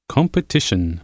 Competition